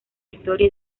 historia